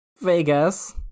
Vegas